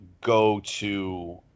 go-to